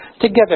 together